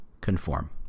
conform